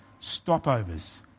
stopovers